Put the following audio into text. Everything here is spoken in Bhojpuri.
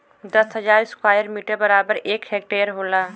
दस हजार स्क्वायर मीटर बराबर एक हेक्टेयर होला